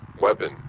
Weapon